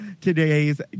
Today's